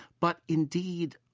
but, indeed,